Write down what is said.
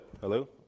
Hello